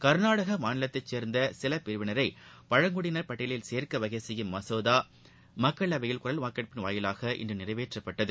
கர்நாடக மாநிலத்தை சேர்ந்த சில பிரிவினரை பழங்குடியினர் பட்டியலில் சேர்க்க வகை செய்யும் மசோதா மக்களவையில் குரல் வாக்கெடுப்பின் வாயிலாக இன்று நிறைவேற்றப்பட்டது